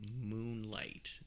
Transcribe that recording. Moonlight